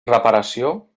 reparació